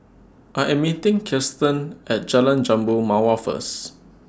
I Am meeting Kiersten At Jalan Jambu Mawar First